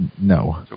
No